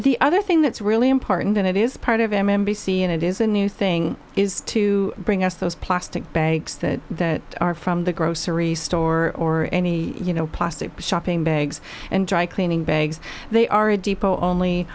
the other thing that's really important and it is part of m m b c and it is a new thing is to bring us those plastic bags that are from the grocery store or any you know plastic shopping bags and dry cleaning bags they are a depot only